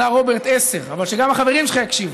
אתה, רוברט, עשר, אבל שגם החברים שלך יקשיבו,